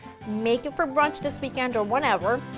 make it for brunch this weekend or whenever.